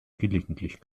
gelegentlich